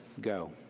go